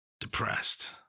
depressed